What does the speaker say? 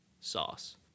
sauce